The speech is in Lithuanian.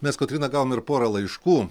mes kotryna gavom ir porą laiškų